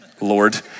Lord